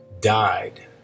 died